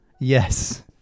Yes